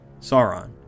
Sauron